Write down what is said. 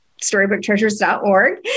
StorybookTreasures.org